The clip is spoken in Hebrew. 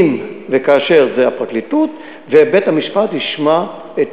אם וכאשר, זה הפרקליטות, ובית-המשפט ישמע את